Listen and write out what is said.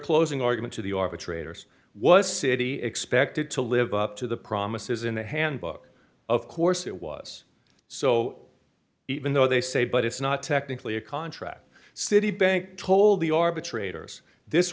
closing argument to the arbitrators was city expected to live up to the promises in the handbook of course it was so even though they say but it's not technically a contract citibank told the arbitrators this